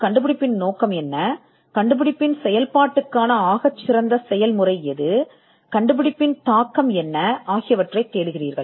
கண்டுபிடிப்பின் பொருள் என்ன கண்டுபிடிப்பைச் செய்வதற்கான சிறந்த முறை எது மற்றும் கண்டுபிடிப்பின் தாக்கம் என்ன என்பது போன்றது